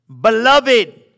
Beloved